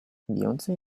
więcej